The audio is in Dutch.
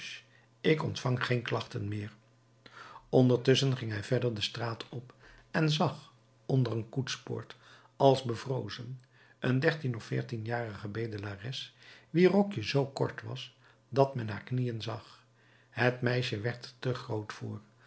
ik ontvang geen klachten meer ondertusschen ging hij verder de straat op en zag onder een koetspoort als bevrozen een dertien of veertienjarige bedelares wier rokje zoo kort was dat men haar knieën zag het meisje werd er te groot voor